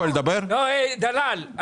דלל.